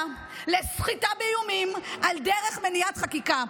לסחיטה באיומים על דרך מניעת חקיקה.